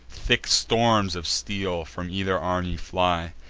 thick storms of steel from either army fly,